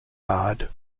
hard